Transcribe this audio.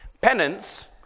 Penance